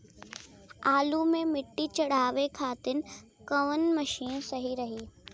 आलू मे मिट्टी चढ़ावे खातिन कवन मशीन सही रही?